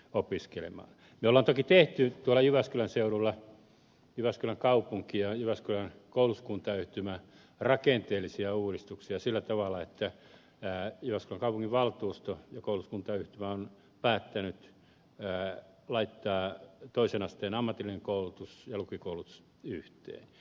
me olemme toki tehneet jyväskylän seudulla jyväskylän kaupunki ja jyväskylän koulutuskuntayhtymä rakenteellisia uudistuksia sillä tavalla että jyväskylän kaupunginvaltuusto ja koulutuskuntayhtymä ovat päättäneet laittaa toisen asteen ammatillisen koulutuksen ja lukiokoulutuksen yhteen